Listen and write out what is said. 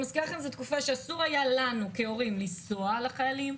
אני מזכירה שזו תקופה שאסור היה להורים לנסוע לחיילים,